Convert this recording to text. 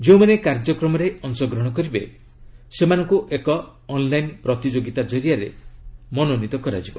ଯେଉଁମାନେ କାର୍ଯ୍ୟକ୍ରମରେ ଅଂଶଗ୍ରହଣ କରିବେ ସେମାନଙ୍କୁ ଏକ ଅନ୍ଲାଇନ ପ୍ରତିଯୋଗିତା ଜରିଆରେ ମନୋନୀତ କରାଯିବ